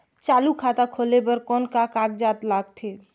चालू खाता खोले बर कौन का कागजात लगथे?